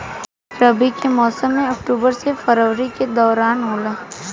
रबी के मौसम अक्टूबर से फरवरी के दौरान होला